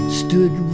stood